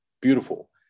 Beautiful